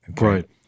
Right